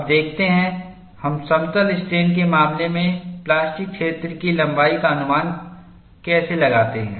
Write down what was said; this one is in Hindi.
अब देखते हैं हम समतल स्ट्रेनके मामले में प्लास्टिक क्षेत्र की लंबाई का अनुमान कैसे लगाते हैं